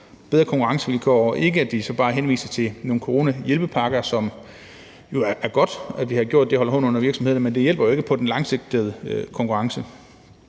bedre konkurrencevilkår, og hvor vi ikke bare henviser til nogle coronahjælpepakker – det er jo godt, vi har haft dem og har holdt hånden under virksomhederne, men det hjælper ikke på den langsigtede konkurrenceevne.